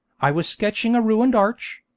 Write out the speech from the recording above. i was sketching a ruined arch.